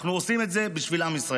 אנחנו עושים את זה בשביל עם ישראל.